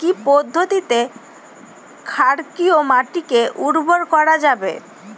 কি পদ্ধতিতে ক্ষারকীয় মাটিকে উর্বর করা যাবে?